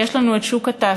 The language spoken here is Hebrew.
יש לנו את שוק התעסוקה.